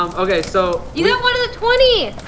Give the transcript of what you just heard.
um okay, so. you got one of the twenty!